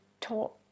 taught